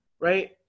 right